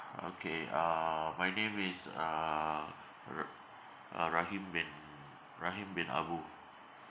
okay uh my name is uh r~ uh rahim bin rahim bin abu